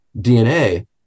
DNA